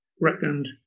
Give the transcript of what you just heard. reckoned